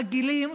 מגעילים,